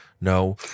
no